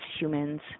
humans